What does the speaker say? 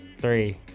three